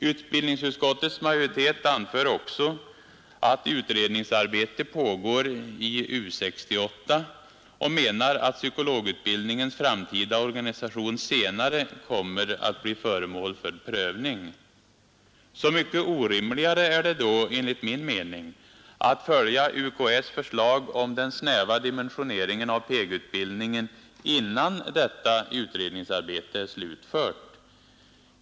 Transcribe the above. Utbild ningsutskottets majoritet anför också att utredningsarbete pågår i U 68 och menar att psykologutbildningens framtida organisation senare kommer att bli föremål för prövning. Så mycket orimligare är det då att följa UKÄ:s förslag om den snäva dimensioneringen av PEG-utbildningen innan detta utredningsarbete är slutfört.